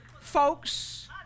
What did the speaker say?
Folks